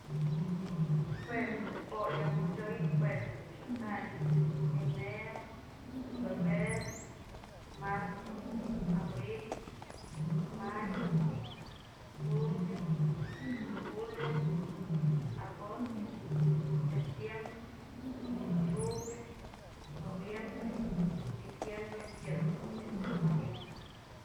Jue ëjt's je po'o du ya mochoyë jue jedun chyondakyë enero, febrero, marzo, abril, mayo, junio, julio, agosto, septiembre, octubre, noviembre, diciembre yë dun ultimo ku mayënyëbë.